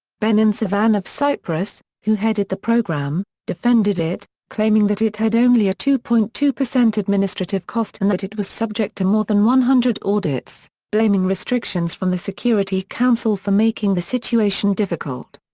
benon sevan of cyprus, who headed the programme, defended it, claiming that it had only a two point two administrative cost and that it was subject to more than one hundred audits, blaming restrictions from the security council for making the situation difficult.